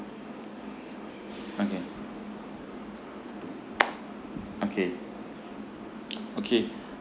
okay okay okay